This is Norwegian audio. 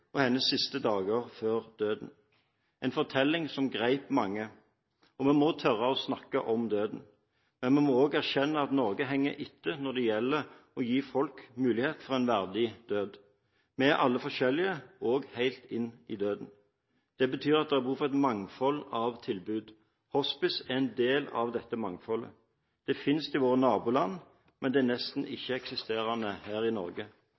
og hennes siste dager før døden – en fortelling som grep mange. Vi må tørre å snakke om døden. Men vi må også erkjenne at Norge henger etter når det gjelder å gi folk muligheten for en verdig død. Vi er alle forskjellige, også helt inn i døden. Det betyr at det er behov for et mangfold av tilbud. Hospice er en del av dette mangfoldet. Det finnes i våre naboland, men det er nesten ikke-eksisterende her i Norge.